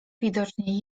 widocznie